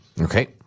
Okay